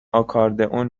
آکاردئون